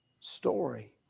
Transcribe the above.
story